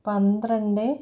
പന്ത്രണ്ട്